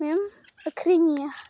ᱢᱮᱢ ᱟᱹᱠᱷᱨᱤᱧᱮᱭᱟ